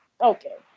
okay